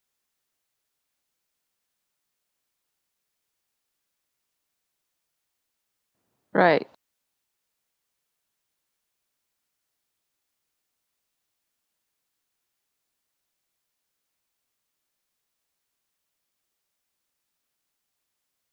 right